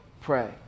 pray